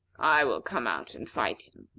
i will come out and fight him.